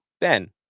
Ben